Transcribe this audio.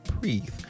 Breathe